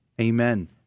Amen